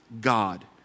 God